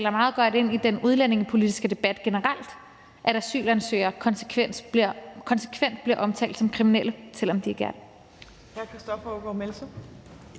taler meget godt ind i den udlændingepolitiske debat generelt, at asylansøgere konsekvent bliver omtalt som kriminelle, selv om de ikke